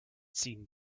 ziehen